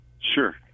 Sure